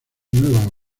nueva